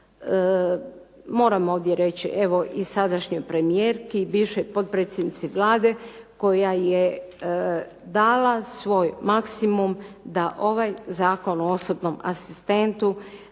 Moram ovdje reći evo i sadašnjoj premijerki, bivšoj potpredsjednici Vlade, koja je dala svoj maksimum da ovaj Zakon o osobnom asistentu